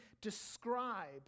describe